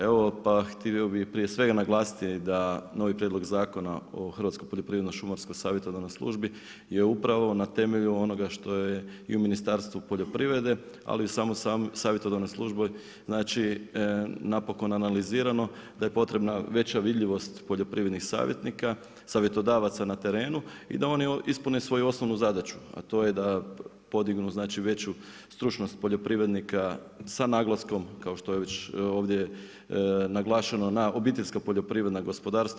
Evo, pa htio bi prije svega naglasiti da novi prijedlog Zakona o Hrvatskoj poljoprivredno-šumarsko savjetodavnoj službi, je upravo na temelju onoga što je i u Ministarstvu poljoprivrede, ali u samoj savjetodavnoj službi znači napokon analizirano da je potrebna veća vidljivost poljoprivrednih savjetnika, savjetodavaca na terenu i da oni ispune svoju osnovnu zadaću, a to je da podignu veću stručnost poljoprivrednika sa naglaskom, kao što je već ovdje naglašeno na obiteljska poljoprivredna gospodarstva.